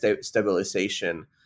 stabilization